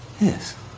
Yes